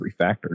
refactor